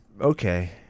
Okay